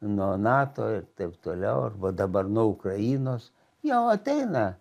nuo nato ir taip toliau arba dabar nuo ukrainos jau ateina